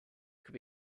could